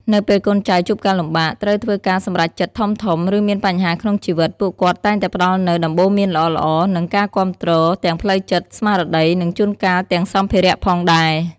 នៅពេលកូនចៅជួបការលំបាក ត្រូវធ្វើការសម្រេចចិត្តធំៗ ឬមានបញ្ហាក្នុងជីវិត ពួកគាត់តែងតែផ្តល់នូវ ដំបូន្មានល្អៗ និង ការគាំទ្រ ទាំងផ្លូវចិត្ត ស្មារតី និងជួនកាលទាំងសម្ភារៈផងដែរ។